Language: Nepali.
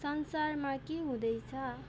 संसारमा के हुँदैछ